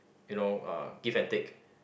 you know uh give and take